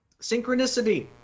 Synchronicity